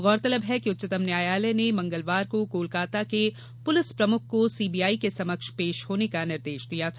गौरतलब है कि उच्चतम न्यायालय ने मंगलवार को कोलकाता के पुलिस प्रमुख को सीबीआई के समक्ष पेश होने का निर्देश दिया था